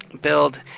build